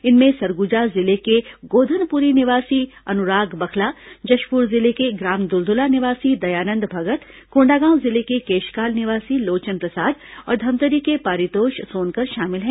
इनमें सरगुजा जिले के गोधनपुरी निवासी अनुराग बखला जशपुर जिले के ग्राम दुलदुला निवासी दयानंद भगत कोंडागांव जिले के केशकाल निवासी लोचन प्रसाद और धमतरी के पारितोष सोनकर शामिल हैं